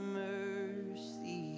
mercy